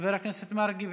חבר הכנסת מרגי,